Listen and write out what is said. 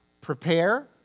Prepare